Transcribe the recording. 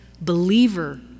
believer